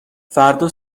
فردا